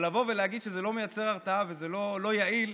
לבוא ולהגיד שזה לא מייצר הרתעה ושזה לא יעיל,